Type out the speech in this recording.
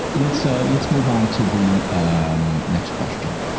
let's ah let's move on to the um next question.